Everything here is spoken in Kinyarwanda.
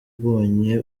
babonye